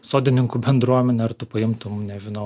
sodininkų bendruomenę ar tu paimtum nežinau